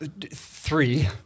three